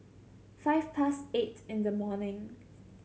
five past eight in the morning